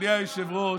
אדוני היושב-ראש,